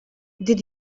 did